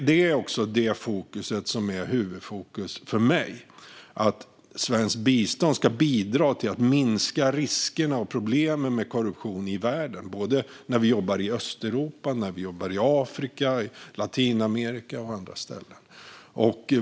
Det är också det som är huvudfokus för mig - att svenskt bistånd ska bidra till att minska riskerna för och problemen med korruption i världen när vi jobbar i såväl Östeuropa och Afrika som i Latinamerika och på andra ställen.